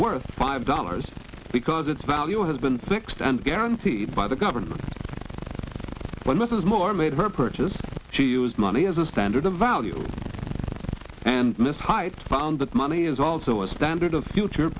worth five dollars because its value has been fixed and guaranteed by the government when less is more made her purchase to use money as a standard of value and miss hyde found that money is also a standard of future